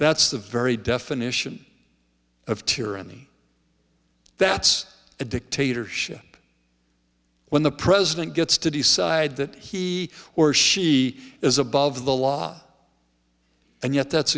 that's the very definition of tyranny that's a dictatorship when the president gets to decide that he or she is above the law and yet that's